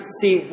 see